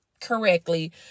correctly